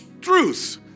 truth